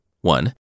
One